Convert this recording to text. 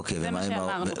זה מה שאמרנו.